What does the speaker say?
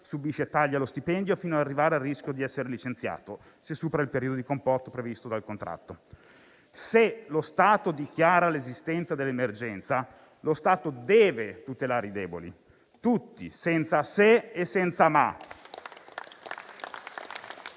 subisce tagli allo stipendio fino ad arrivare al rischio di essere licenziato se supera il periodo di comporto previsto dal contratto. Se lo Stato dichiara l'esistenza dell'emergenza, lo Stato deve tutelare i deboli: tutti, senza se e senza ma